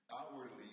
Outwardly